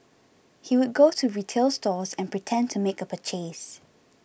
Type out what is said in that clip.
he would go to retail stores and pretend to make a purchase